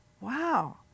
Wow